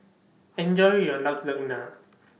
Enjoy your Lasagna